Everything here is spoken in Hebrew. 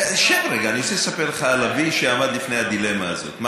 אני רוצה לספר לך על אבי, שעמד בפני הדילמה הזאת.